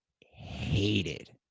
hated